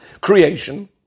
creation